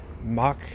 mock